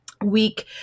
Week